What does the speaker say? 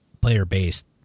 player-based